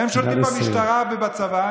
והם שולטים במשטרה ובצבא.